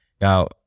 Now